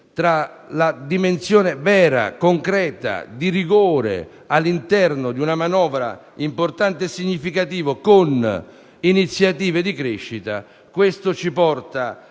tra la dimensione vera e concreta del rigore all'interno di una manovra importante e significativa caratterizzata da iniziative di crescita, ci porta